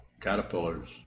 caterpillars